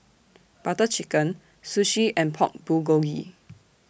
Butter Chicken Sushi and Pork Bulgogi